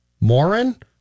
Morin